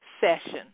session